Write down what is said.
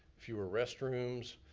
fewer restrooms.